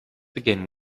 begin